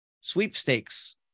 sweepstakes